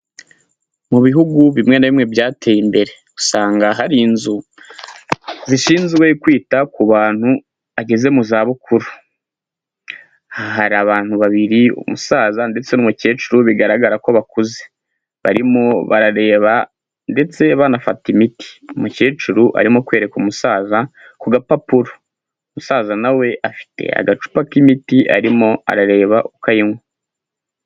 Mu bihugu bimwe na bimwe byateye imbere usanga hari inzu zishinzwe kwita ku bantu bageze mu za bukuru, aha hari abantu babiri umusaza ndetse n'umukecuru bigaragara ko bakuze barimo barareba ndetse banafata imiti, umukecuru arimo kwereka umusaza ku gapapuro, musaza nawe we afite agacupa k'imiti arimo arareba uko ayinywa.